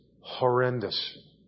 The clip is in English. horrendous